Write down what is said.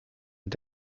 und